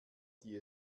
die